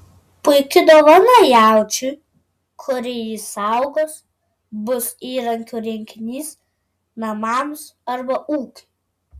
puiki dovana jaučiui kuri jį saugos bus įrankių rinkinys namams arba ūkiui